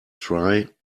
try